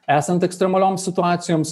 esant ekstremalioms situacijoms